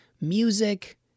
music